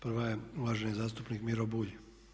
Prva je uvaženi zastupnik Miro Bulj.